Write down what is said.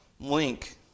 link